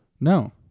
no